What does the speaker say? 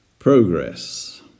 Progress